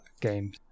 games